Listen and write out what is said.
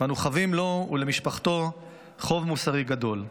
ואנו חבים לו ולמשפחתו חוב מוסרי גדול.